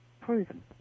proven